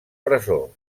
presó